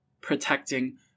protecting